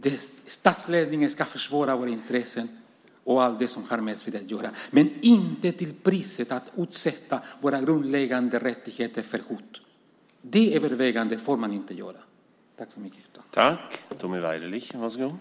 Statsledningen ska försvara våra intressen och allt som har med våra intressen att göra, men inte till priset att våra grundläggande rättigheter utsätts för hot. Detta övervägande får man inte göra.